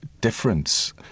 difference